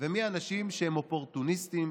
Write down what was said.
ומי האנשים שהם אופורטוניסטים